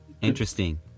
Interesting